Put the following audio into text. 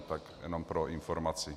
Tak jenom pro informaci.